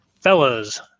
Fellas